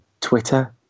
Twitter